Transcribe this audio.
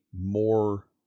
more